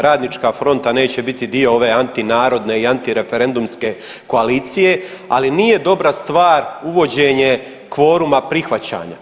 Radnička fronta neće biti dio ove antinarodne i antireferendumske koalicije, ali nije dobra stvar uvođenje kvoruma prihvaćanja.